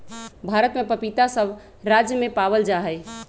भारत में पपीता सब राज्य में पावल जा हई